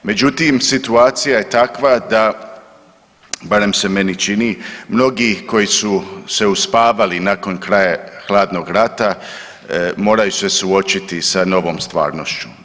Međutim, situacija je takva barem se meni čini mnogi koji su se uspavali nakon kraja hladnog rata moraju se suočiti sa novom stvarnošću.